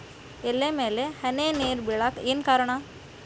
ಎಲೆ ಮ್ಯಾಲ್ ಹನಿ ನೇರ್ ಬಿಳಾಕ್ ಏನು ಕಾರಣ?